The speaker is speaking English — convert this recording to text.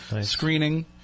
screening